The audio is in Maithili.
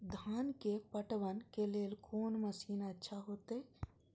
धान के पटवन के लेल कोन मशीन अच्छा होते?